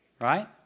Right